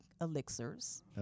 Elixirs